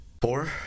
Four